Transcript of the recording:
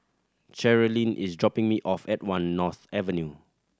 Cherilyn is dropping me off at One North Avenue